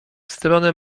stronę